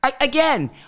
Again